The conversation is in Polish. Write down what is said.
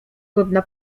godna